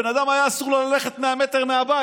בן אדם, היה אסור לו ללכת 100 מטר מהבית,